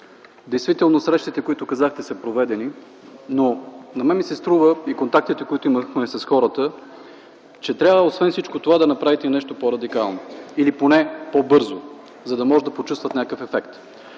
Действително срещите, които казахте са проведени, но на мен ми се струва при контактите, които имах с хората, че трябва освен всичко това да направите и нещо по-радикално или поне по-бързо, за да може да почувстват някакъв ефект.